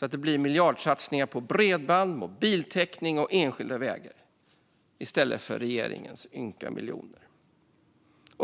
Då blir det miljardsatsningar, i stället för regeringens ynka miljoner, på bredband, mobiltäckning och enskilda vägar.